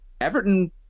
everton